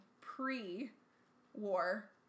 pre-war